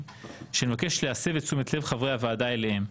שנבקש להסב את תשומת לב חברי הוועדה אליהם,